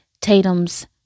Tatum's